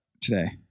today